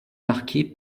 marquée